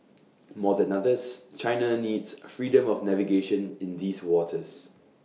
more than others China needs freedom of navigation in these waters